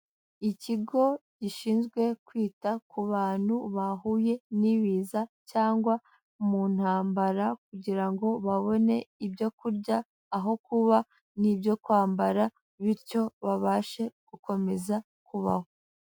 Ikigo gishinzwe kwita ku bantu bahuye n'ibiza cyangwa mu ntambara, kugira ngo babone ibyo kurya, aho kuba n'ibyo kwambara, bityo babashe gukomeza kubaho.